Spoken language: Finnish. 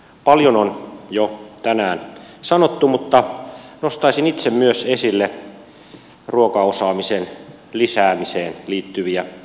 paljon on jo tänään sanottu mutta nostaisin itse myös esille ruokaosaamisen lisäämiseen liittyviä asioita